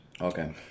Okay